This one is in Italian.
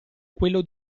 quello